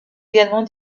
également